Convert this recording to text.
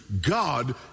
God